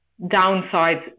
downsides